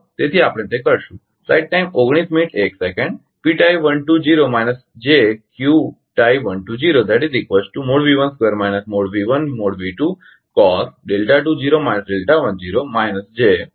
તેથી આપણે તે કરીશું